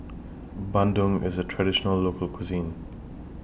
Bandung IS A Traditional Local Cuisine